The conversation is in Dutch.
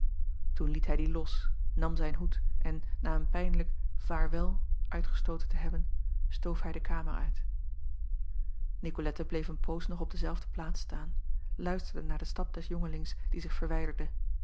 oen liet hij die los nam zijn hoed en na een pijnlijk vaarwel uitgestooten te hebben stoof hij de kamer uit icolette bleef een poos nog op dezelfde plaats staan luisterende naar den stap des jongelings die zich verwijderde